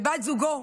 ובת זוגו,